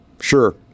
sure